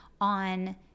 on